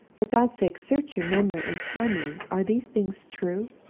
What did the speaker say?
for god's sake, search your memory, and tell me are these things true